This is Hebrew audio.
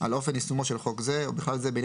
על אופן יישומו של חוק זה ובכלל זה בעניין